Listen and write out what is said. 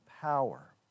power